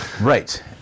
Right